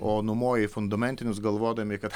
o numoja į fundamentinius galvodami kad